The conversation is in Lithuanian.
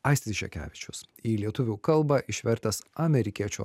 aistis žekevičius į lietuvių kalbą išvertęs amerikiečių